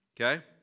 Okay